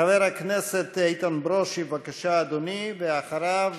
חבר הכנסת איתן ברושי, בבקשה, אדוני, ואחריו,